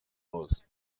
hose